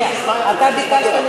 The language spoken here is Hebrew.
בבקשה.